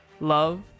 love